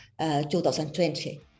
2020